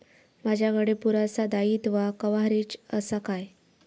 माजाकडे पुरासा दाईत्वा कव्हारेज असा काय?